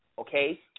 okay